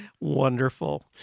wonderful